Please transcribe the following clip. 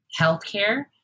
healthcare